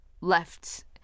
left